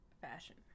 fashion